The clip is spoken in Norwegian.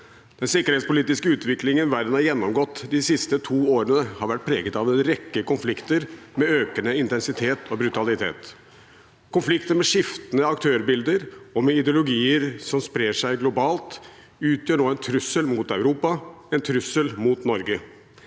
Den sikkerhetspolitiske utviklingen verden har gjennomgått de to siste årene, har vært preget av en rekke konflikter med økende intensitet og brutalitet. Konflikter med skiftende aktørbilder og med ideologier som sprer seg globalt, utgjør nå en trussel mot Europa og en trussel mot Norge.